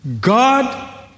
God